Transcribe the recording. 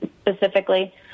specifically